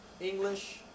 English